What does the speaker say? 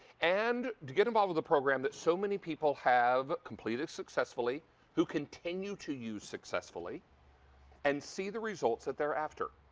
and to get involved with a program that so many people have completed successfully who continue to use successfully and see the results that they're after.